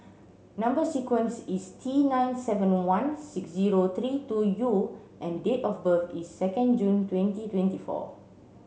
number sequence is T nine seven one six zero three two U and date of birth is second June twenty twenty four